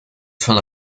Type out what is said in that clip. von